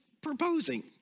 proposing